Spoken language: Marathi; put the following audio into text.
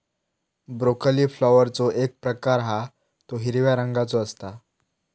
ब्रोकली फ्लॉवरचो एक प्रकार हा तो हिरव्या रंगाचो असता